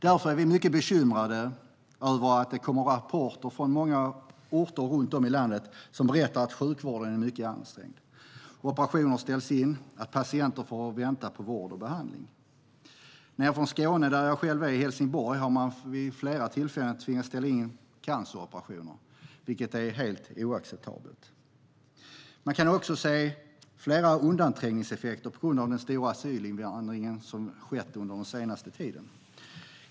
Därför är vi mycket bekymrade över att det kommer rapporter från många orter runt om i landet om att sjukvården är mycket ansträngd. Operationer ställs in, och patienter får vänta på vård och behandling. I Helsingborg i Skåne, som jag kommer från, har man vid flera tillfällen tvingats ställa in canceroperationer, vilket är helt oacceptabelt. Vi kan också se flera undanträngningseffekter på grund av den stora asylinvandring som har skett den senaste tiden.